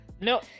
No